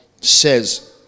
says